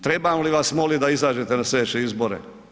Trebam li vas moliti da izađete na slijedeće izbore?